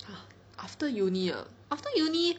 after uni ah after uni